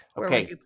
Okay